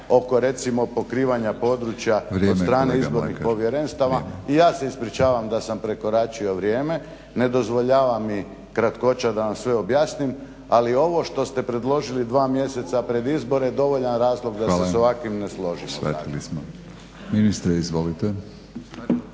oko recimo pokrivanja područja od strane izbornih povjerenstva. I ja se ispričavam da sam prekoračio vrijeme, ne dozvoljava mi kratkoća da vam sve objasnim, ali ovo što ste predložili dva mjeseca pred izbore dovoljno razlog da se s ovakvim ne složimo